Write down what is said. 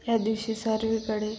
ह्या दिवशी सर्वीकडे